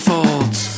Folds